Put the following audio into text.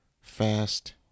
fast